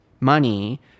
money